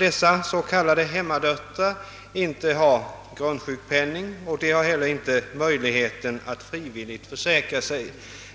s.k. hemmadöttrar inte har grundsjukpenning, och de har inte heller möjlighet att frivilligt försäkra sig.